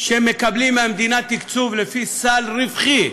מקבלים מהמדינה תקצוב לפי סל רווחי,